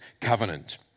covenant